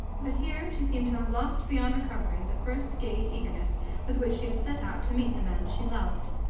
but here she seemed to have lost beyond recovery the first gay eagerness with which she had set out to meet the man she loved.